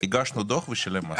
הגשנו דוח והוא שילם מס.